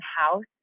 house